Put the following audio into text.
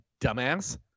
dumbass